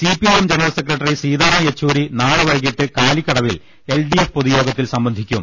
CPIM general secretary Sitaram Yechury നാളെ വൈകീട്ട് കാലിക്കടവിൽ എൽ ഡി എഫ് പൊതുയോഗത്തിൽ സംബന്ധിക്കും